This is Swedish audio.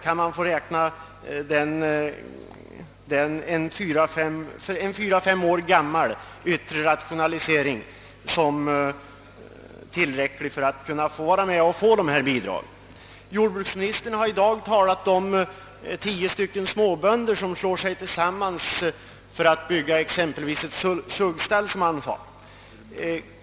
Kan en sådan fyra, fem år gammal yttre rationalisering få betraktas som bidragsberättigad? Jordbruksministern har i dag talat om hur tio småbönder kan slå sig samman för att bygga exempelvis ett suggstall, som han sade.